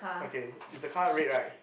okay is the car red right